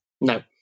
No